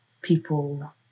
people